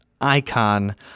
icon